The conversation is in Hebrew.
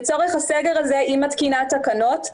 לצורך הסגר הזה היא מתקינה תקנות.